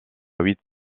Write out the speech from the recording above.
huit